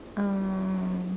uh